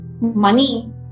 money